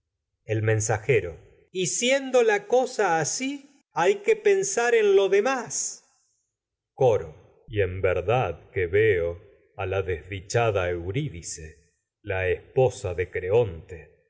el mensajero y siendo la cosa asi hay que pen sar en lo demás y verdad coro en que veo a la desdichada casa ya euridice la haber esposa de creonte